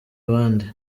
abandi